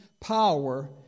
power